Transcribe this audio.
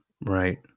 Right